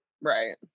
right